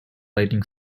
writing